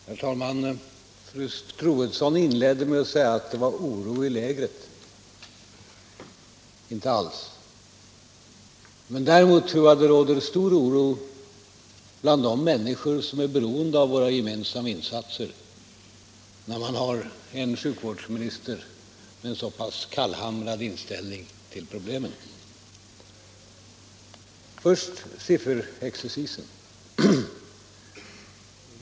Herr talman! Fru Troedsson inledde sitt anförande med att säga att det var oro i lägret. Inte alls! Men däremot tror jag att det råder stor oro bland de människor som är beroende av våra gemensamma insatser, när man har en sjukvårdsminister med en så pass kallhamrad inställning till problemen. Först sifferexercisen!